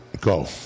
Go